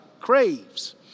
craves